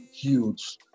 huge